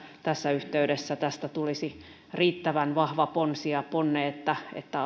tässä yhteydessä tästä tulisi riittävän vahva ponsi ja ponnin että että